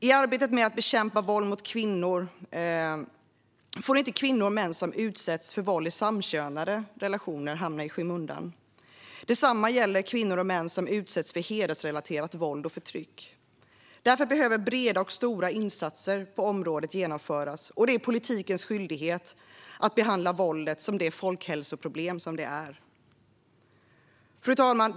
I arbetet med att bekämpa våld mot kvinnor får inte kvinnor och män som utsätts för våld i samkönade relationer hamna i skymundan. Detsamma gäller kvinnor och män som utsätts för hedersrelaterat våld och förtryck. Därför behöver breda och stora insatser på området genomföras, och det är politikens skyldighet att behandla våldet som det folkhälsoproblem det är. Fru talman!